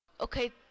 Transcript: Okay